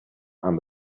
and